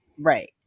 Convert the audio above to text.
Right